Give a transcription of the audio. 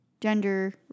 gender